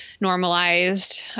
normalized